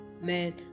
Man